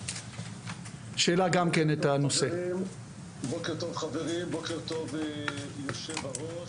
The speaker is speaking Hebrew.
בוקר טוב, חברים, בוקר טוב, יושב-הראש.